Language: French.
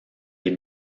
des